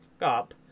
up